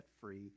free